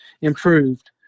improved